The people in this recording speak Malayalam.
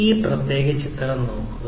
ഈ പ്രത്യേക ചിത്രം നോക്കുക